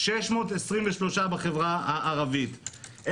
623 בחברה היהודית,